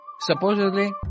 supposedly